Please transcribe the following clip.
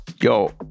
yo